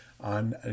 on